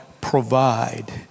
provide